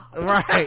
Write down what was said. Right